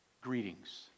greetings